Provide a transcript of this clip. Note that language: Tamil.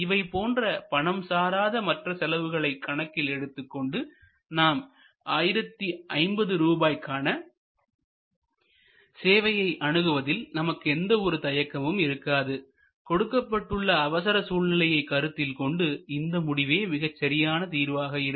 இவை போன்ற பணம் சாராத மற்ற செலவுகளை கணக்கில் எடுத்துக்கொண்டு நாம் 1050 ரூபாய்க்கான சேவையை அணுகுவதில் நமக்கு எந்த ஒரு தயக்கமும் இருக்காது கொடுக்கப்பட்டுள்ள அவசர சூழ்நிலையை கருத்தில் கொண்டு இந்த முடிவே மிகச் சரியான தீர்வாக இருக்கும்